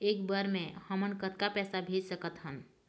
एक बर मे हमन कतका पैसा भेज सकत हन?